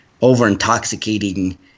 over-intoxicating